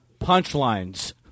punchlines